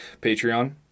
Patreon